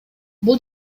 бул